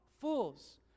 Fools